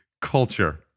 culture